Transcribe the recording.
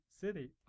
city